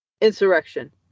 insurrection